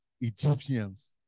Egyptians